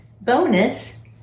bonus